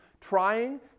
trying